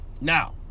Now